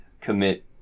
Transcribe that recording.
commit